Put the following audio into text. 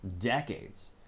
decades